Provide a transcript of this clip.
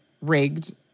rigged